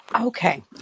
Okay